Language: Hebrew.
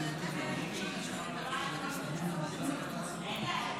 הצעה מטומטמת, אפשר לזרוק אותה לפח בכל מקרה.